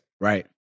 right